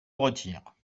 retire